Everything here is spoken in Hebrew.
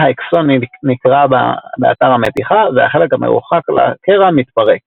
בה האקסון נקרע באתר המתיחה והחלק המרוחק לקרע מתפרק.